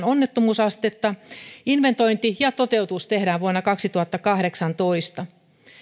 onnettomuusastetta inventointi ja toteutus tehdään vuonna kaksituhattakahdeksantoista